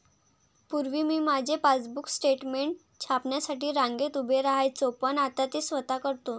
पूर्वी मी माझे पासबुक स्टेटमेंट छापण्यासाठी रांगेत उभे राहायचो पण आता ते स्वतः करतो